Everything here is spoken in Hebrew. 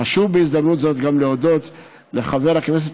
חשוב בהזדמנות זו גם להודות לחבר הכנסת